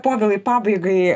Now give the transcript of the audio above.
povilai pabaigai